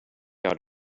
out